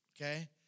okay